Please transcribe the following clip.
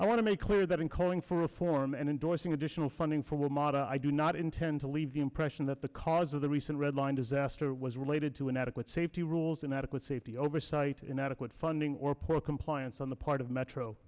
to make clear that in calling for reform and endorsing additional funding for will model i do not intend to leave the impression that the cause of the recent red line disaster was related to inadequate safety rules inadequate safety oversight inadequate funding or poor compliance on the part of metro